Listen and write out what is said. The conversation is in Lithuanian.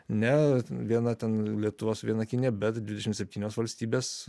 ne viena ten lietuva su viena kinija bet dvidešimt septynios valstybės